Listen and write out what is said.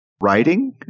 writing